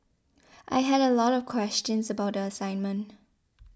I had a lot of questions about the assignment